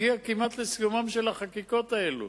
הגיע כמעט לסיומן של החקיקות האלה.